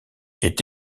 est